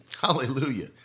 Hallelujah